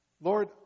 Lord